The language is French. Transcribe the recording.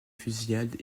fusillade